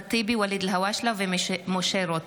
אחמד טיבי, ואליד אלהואשלה ומשה רוט